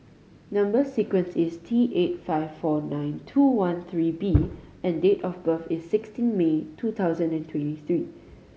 number sequence is T eight five four nine two one three B and date of birth is sixteen May two thousand and twenty three